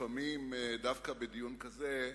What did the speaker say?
לפעמים דווקא בדיון כזה,